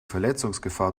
verletzungsgefahr